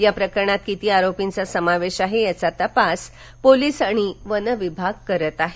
या प्रकरणात किती आरोपींचा समावेश आहे याचा तपास पोलीस आणि वनविभाग करत आहे